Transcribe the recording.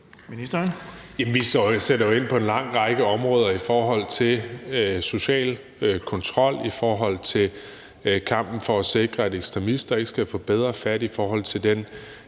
vi sætter jo ind på en lang række områder i forhold til social kontrol, i forhold til kampen for at sikre, at ekstremister ikke skal få bedre fat, og i forhold til den